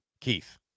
Keith